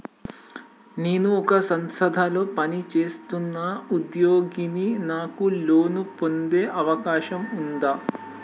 నేను ఒక సంస్థలో పనిచేస్తున్న ఉద్యోగిని నాకు లోను పొందే అవకాశం ఉందా?